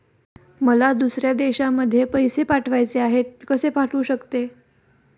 मला दुसऱ्या देशामध्ये पैसे पाठवायचे आहेत कसे पाठवू शकते?